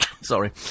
Sorry